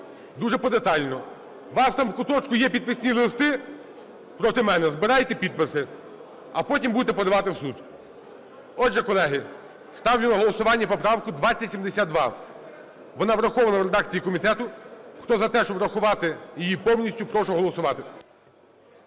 дуже подетально. У вас там в куточку є підписні листи проти мене, збирайте підписи, а потім будете подавати в суд. Отже, колеги, ставлю на голосування поправку 2072. Вона врахована в редакції комітету. Хто за те, щоб врахувати її повністю, прошу проголосувати.